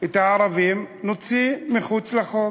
את הערבים נוציא מחוץ לחוק.